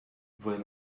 when